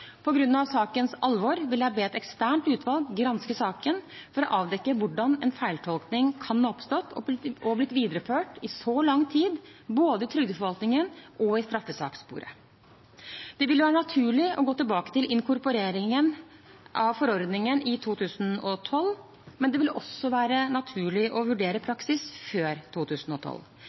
sakens alvor vil jeg be et eksternt utvalg granske saken for å avdekke hvordan en feiltolkning kan ha oppstått og blitt videreført i så lang tid – både i trygdeforvaltningen og i straffesakssporet. Det vil være naturlig å gå tilbake til inkorporeringen av forordningen i 2012, men det vil også være naturlig å vurdere praksis før 2012.